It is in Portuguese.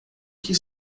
que